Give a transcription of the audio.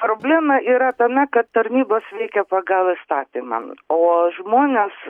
problema yra tame kad tarnybos veikia pagal įstatymą o žmonės